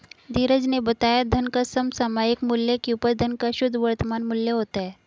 धीरज ने बताया धन का समसामयिक मूल्य की उपज धन का शुद्ध वर्तमान मूल्य होता है